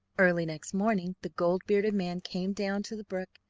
early next morning the gold-bearded man came down to the brook,